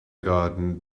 garden